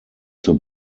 zur